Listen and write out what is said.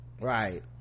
Right